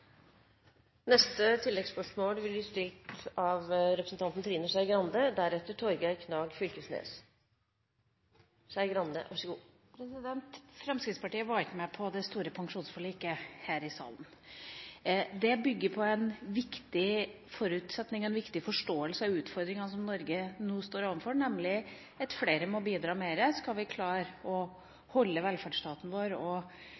Trine Skei Grande – til oppfølgingsspørsmål. Fremskrittspartiet var ikke med på det store pensjonsforliket her i salen. Det bygger på en viktig forutsetning, en viktig forståelse av utfordringene som Norge nå står overfor, nemlig at flere må bidra mer skal vi klare å beholde velferdsstaten vår og